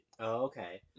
Okay